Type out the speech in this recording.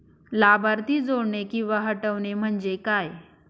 लाभार्थी जोडणे किंवा हटवणे, म्हणजे काय?